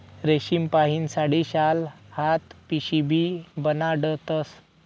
रेशीमपाहीन साडी, शाल, हात पिशीबी बनाडतस